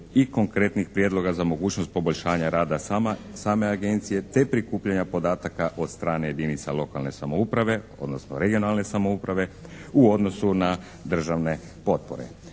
i konkretnih prijedloga za mogućnost poboljšanja rada same Agencije te prikupljanja podataka od strane jedinica lokalne samouprave odnosno regionalne samouprave u odnosu na državne potpore.